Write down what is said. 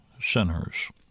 sinners